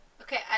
Okay